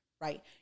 right